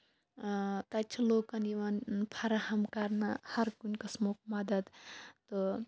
اۭں تَتہِ چھِ لُکَن یِوان فَراہَم کرنہٕ ہَر کُنہِ قسمُک مدد تہٕ